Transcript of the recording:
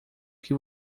que